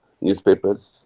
newspapers